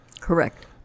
Correct